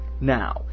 Now